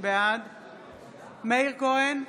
בעד מאיר כהן,